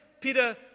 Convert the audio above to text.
Peter